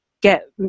get